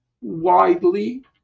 widely